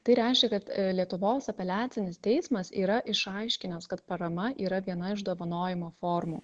tai reiškia kad lietuvos apeliacinis teismas yra išaiškinęs kad parama yra viena iš dovanojimo formų